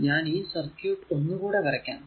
ഞാൻ ഈ സർക്യൂട് ഒന്ന്കൂടെ വരക്കാം